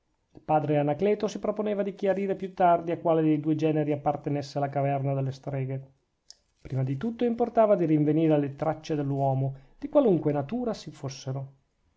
padre anacleto si proponeva di chiarire più tardi a quale dei due generi appartenesse la caverna delle streghe prima di tutto importava di rinvenire le traccie dell'uomo di qualunque natura si fossero